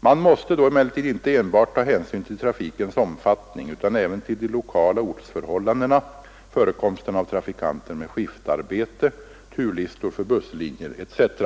Man måste då emellertid inte enbart ta hänsyn till trafikens omfattning utan även till de lokala ortsförhållandena, förekomsten av trafikanter med skiftarbete, turlistor för busslinjer etc.